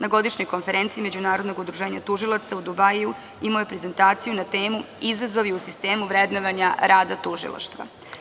Na Godišnjoj konferenciji Međunarodnog udruženja tužilaca u Dubaiu imao je prezentaciju na temu – Izazovi u sistemu vrednovanja rada tužilaštva.